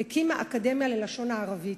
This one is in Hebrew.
הקימה אקדמיה ללשון הערבית.